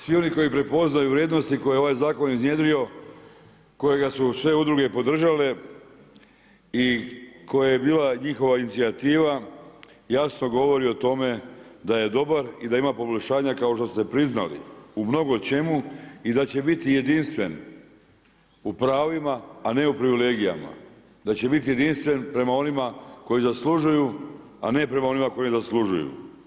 Svi oni koji prepoznaju vrijednosti koje je ovaj zakon iznjedrio, kojega su sve udruge podržale i koje je bila njihova inicijativa jasno govori o tome da je dobar i da ima poboljšanja kao što ste priznali u mnogo čemu i da će biti jedinstven u pravima, a ne u privilegijama, da će biti jedinstven prema onima koji zaslužuju, a ne prema onima koji ne zaslužuju.